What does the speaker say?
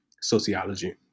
sociology